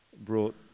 brought